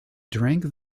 drank